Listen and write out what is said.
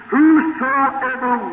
Whosoever